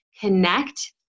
connect